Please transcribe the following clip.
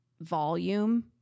volume